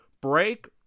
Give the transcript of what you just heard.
break